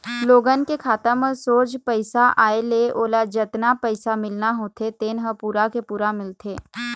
लोगन के खाता म सोझ पइसा आए ले ओला जतना पइसा मिलना होथे तेन ह पूरा के पूरा मिलथे